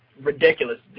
ridiculous